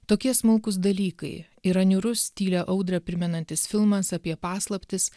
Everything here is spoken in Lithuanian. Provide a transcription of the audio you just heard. tokie smulkūs dalykai yra niūrus tylią audrą primenantis filmas apie paslaptis